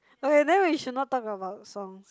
okay then we should not talk about songs